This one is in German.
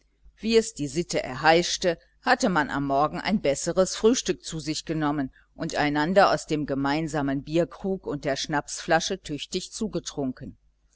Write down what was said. wie es die sitte erheischte hatte man am morgen ein besseres frühstück zu sich genommen und einander aus dem gemeinsamen bierkrug und der schnapsflasche tüchtig zugetrunken